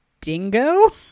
Dingo